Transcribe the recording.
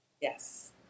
Yes